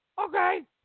okay